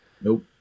Nope